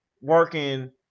working